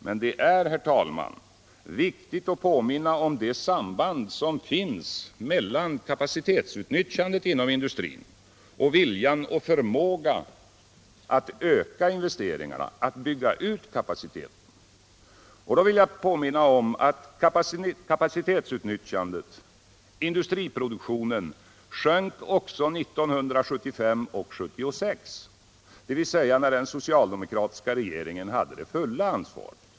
Men det är, herr talman, viktigt att påminna om det samband som finns mellan kapacitetsutnyttjandet inom industrin och viljan och förmågan att öka investeringarna, att bygga ut kapaciteten. Och då vill jag påminna om att kapacitetetsutnyttjandet, industriproduktionen, sjönk också 1975 och 1976, dvs. när den socialdemokratiska regeringen hade det fulla ansvaret.